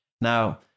Now